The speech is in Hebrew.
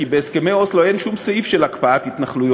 כי בהסכמי אוסלו אין שום סעיף של הקפאת התנחלויות,